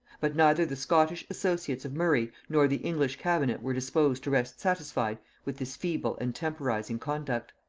but neither the scottish associates of murray nor the english cabinet were disposed to rest satisfied with this feeble and temporizing conduct.